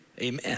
Amen